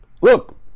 Look